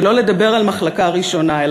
שלא לדבר על מחלקה ראשונה,